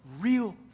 real